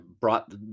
brought